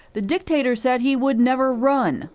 the dictator said he would never run.